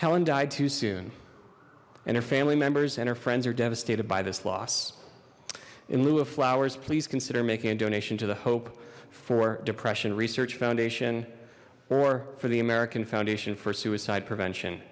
helen died too soon and her family members and her friends are devastated by this loss in lieu of flowers please consider making a donation to the hope for depression research foundation or for the american foundation for suicide prevention